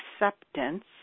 acceptance